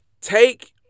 take